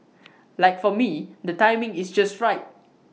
like for me the timing is just right